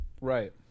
Right